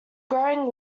growing